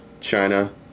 China